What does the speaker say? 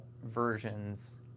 Versions